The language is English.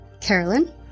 Carolyn